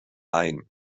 ain